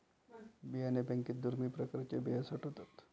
बियाणे बँकेत दुर्मिळ प्रकारच्या बिया साठवतात